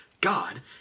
God